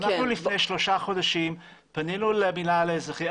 לפני שלושה חודשים אנחנו פנינו למינהל האזרחי,